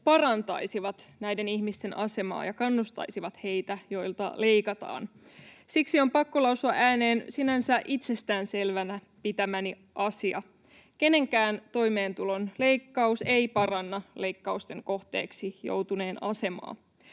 parantaisivat näiden ihmisten asemaa ja kannustaisivat heitä, joilta leikataan. Siksi on pakko lausua ääneen sinänsä itsestään selvänä pitämäni asia: kenenkään toimeentulon leikkaus ei paranna leikkausten kohteeksi joutuneen asemaa,